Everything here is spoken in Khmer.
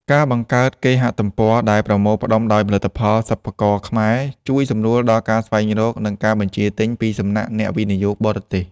ការបង្កើតគេហទំព័រដែលប្រមូលផ្ដុំដោយផលិតផលសិប្បករខ្មែរ ជួយសម្រួលដល់ការស្វែងរក និងការបញ្ជាទិញពីសំណាក់អ្នកវិនិយោគបរទេស។